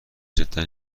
جدا